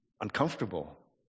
uncomfortable